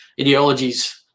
ideologies